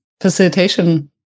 facilitation